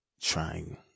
trying